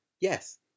yes